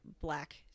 black